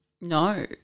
No